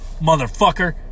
motherfucker